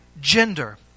gender